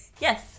yes